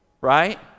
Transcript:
right